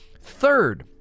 third